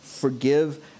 Forgive